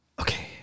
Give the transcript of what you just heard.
Okay